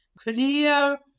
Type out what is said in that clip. clear